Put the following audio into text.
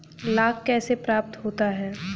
लाख कैसे प्राप्त होता है?